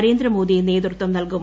നരേന്ദ്ര മോദി നേതൃത്വം നൽകും